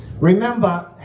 Remember